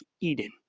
Eden